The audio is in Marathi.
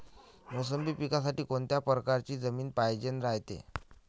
मोसंबी पिकासाठी कोनत्या परकारची जमीन पायजेन रायते?